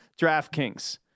DraftKings